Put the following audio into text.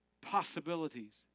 possibilities